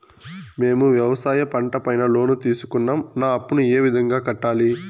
మేము వ్యవసాయ పంట పైన లోను తీసుకున్నాం నా అప్పును ఏ విధంగా కట్టాలి